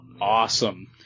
awesome